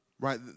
right